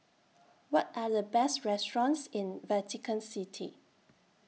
What Are The Best restaurants in Vatican City